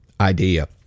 idea